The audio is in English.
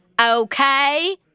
okay